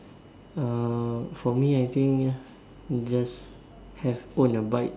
uh for me I think just have own a bike